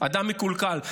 אדם מקולקל.